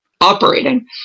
operating